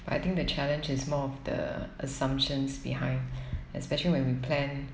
I think the challenge is more of the assumptions behind especially when we plan